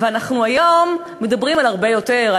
ואנחנו היום מדברים על הרבה יותר,